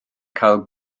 cael